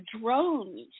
drones